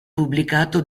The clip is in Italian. pubblicato